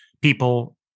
people